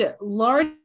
large